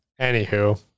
Anywho